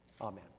Amen